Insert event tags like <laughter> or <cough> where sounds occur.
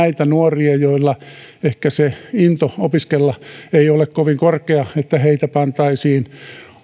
<unintelligible> että näitä nuoria joilla ehkä se into opiskella ei ole kovin korkea pantaisiin